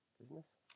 Business